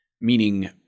meaning